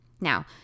Now